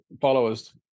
followers